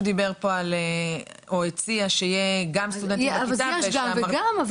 דיבר פה או הציע שיהיה גם סטודנטים --- יש גם וגם.